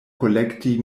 kolekti